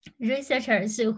researchers